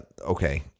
okay